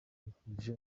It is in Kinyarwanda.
mbifurije